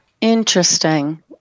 Interesting